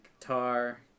guitar